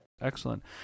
Excellent